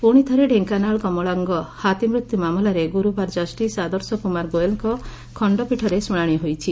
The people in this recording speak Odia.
ପୁଶି ଥରେ ଢେଙ୍କାନାଳଂ କମଳାଙ୍ଗ ହାତୀ ମୃତ୍ୟୁ ମାମଲାରେ ଗୁରୁବାର ଜଷିସ୍ ଆଦର୍ଶ କୁମାର ଗୋଏଲ୍ଙ୍ ଖଣ୍ତପୀଠରେ ଶୁଶାଶି ହୋଇଛି